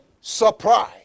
surprise